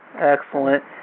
Excellent